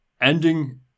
ending